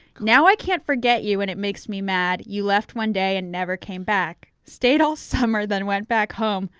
now i can't forget you, and it makes me mad. you left one day and never came back, stayed all summer then went back home.